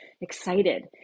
excited